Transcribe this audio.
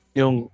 yung